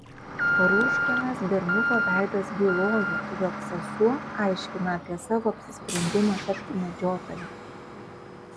rūškanas berniuko veidas bylojo jog sesuo aiškina apie savo apsisprendimą tapti medžiotoja